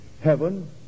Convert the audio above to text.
heaven